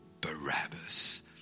Barabbas